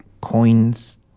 coins